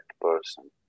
person